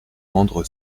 rendre